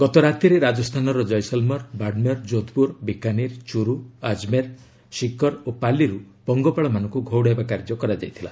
ଗତ ରାତିରେ ରାଜସ୍ଥାନର ଜୈସଲମର ବାଡ଼ମର ଯୋଧପୁର ବିକାନିର ଚୁରୁ ଆଜମେର ସିକର ଓ ପାଲିରୁ ପଙ୍ଗପାଳମାନଙ୍କୁ ଘଉଡ଼ାଇବା କାର୍ଯ୍ୟ କରାଯାଇଥିଲା